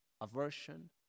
aversion